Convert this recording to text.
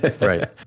Right